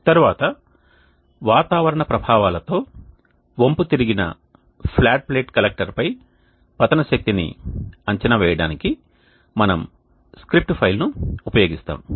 తరువాత వాతావరణ ప్రభావాలతో వంపుతిరిగిన ఫ్లాట్ ప్లేట్ కలెక్టర్పై పతన శక్తిని అంచనా వేయడానికి మనము స్క్రిప్ట్ ఫైల్ను ఉపయోగిస్తాము